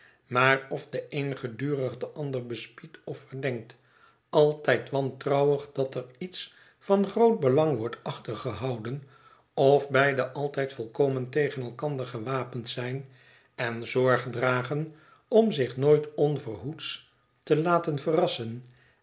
maar of de een gedurig den ander bespiedt en verdenkt altijd wantrouwig dat er iets van groot belang wordt achtergehouden of beide altijd volkomen tegen elkander gewapend zijn en zorg dragen om zich nooit onverhoeds te laten verrassen